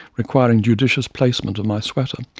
requiring judicious placement of my sweater.